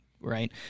right